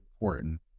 important